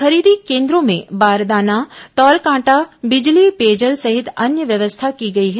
खरीदी केन्द्रों में बारदाना तौल कांटा बिजली पेयजल सहित अन्य व्यवस्था की गई है